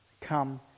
Come